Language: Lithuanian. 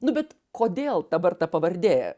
nu bet kodėl dabar ta pavardė